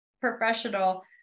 professional